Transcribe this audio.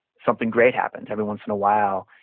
something great happens. every once in a while,